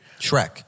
Shrek